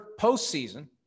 postseason